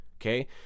okay